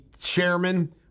chairman